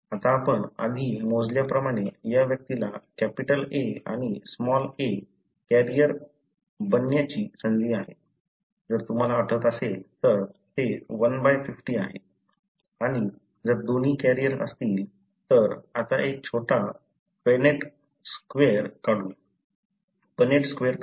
आता आपण आधी मोजल्याप्रमाणे या व्यक्तीला कॅपिटल "A" आणि लहान "a" कॅरियर बनण्याची संधी आहे जर तुम्हाला आठवत असेल तर ते 1 बाय 50 आहे आणि जर दोन्ही कॅरियर असतील तर आता एक छोटा पनेट स्क्वेर काढू